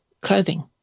clothing